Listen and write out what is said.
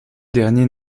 dernier